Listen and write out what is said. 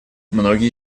многие